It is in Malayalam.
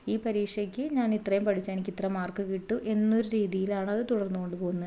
ഈ പരീക്ഷക്ക് ഞാൻ ഇത്രയും പഠിച്ചാൽ എനിക്ക് ഇത്രയും മാർക്ക് കിട്ടു എന്നൊരു രീതിയിലാണ് അത് തുടർന്ന് കൊണ്ടുപോകുന്നത്